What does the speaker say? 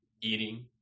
eating